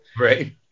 Right